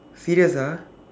serious ah